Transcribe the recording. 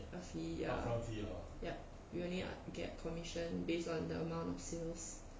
a fee ya yup we only get commission based on the amount of sales